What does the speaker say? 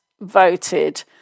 voted